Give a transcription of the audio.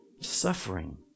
Suffering